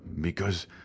Because